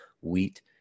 wheat